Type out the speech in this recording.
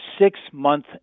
six-month